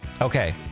Okay